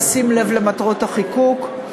בשים לב למטרות החיקוק.